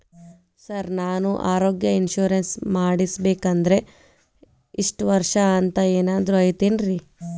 Sir ನಾನು ಆರೋಗ್ಯ insurance ಮಾಡಿಸ್ಬೇಕಂದ್ರೆ ಇಷ್ಟ ವರ್ಷ ಅಂಥ ಏನಾದ್ರು ಐತೇನ್ರೇ?